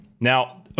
now